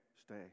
stay